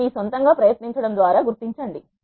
మీరు మీ సొంతం గా ప్రయత్నించడం ద్వారా గుర్తించండి